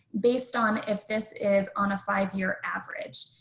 based on if this is on a five-year average,